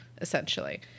essentially